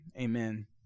Amen